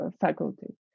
faculty